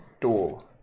door